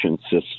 system